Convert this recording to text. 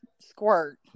squirt